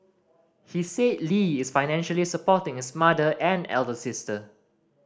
he said Lee is financially supporting his mother and elder sister